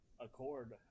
Accord